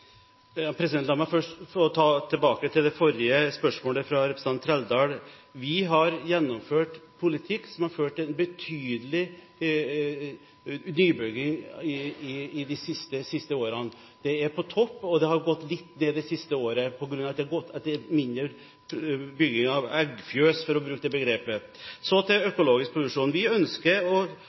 La meg først gå tilbake til det forrige spørsmålet fra representanten Trældal. Vi har gjennomført en politikk som har ført til en betydelig nybygging i de siste årene – det er på topp. Det har gått litt ned det siste året på grunn av mindre bygging av «eggfjøs», for å bruke det begrepet. Så til økologisk produksjon. Vi ønsker økologisk produksjon fordi det er en spydspiss for oss når det gjelder å